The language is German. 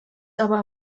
aber